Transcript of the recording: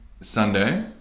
Sunday